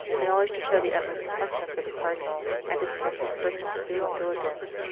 and always to show the utmost affection for the cardinal, and to protect his person with zeal and diligence.